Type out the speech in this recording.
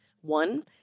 One